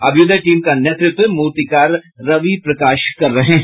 Abhyuday team का नेतृत्व मूर्तिकार रवि प्रकाश कर रहे हैं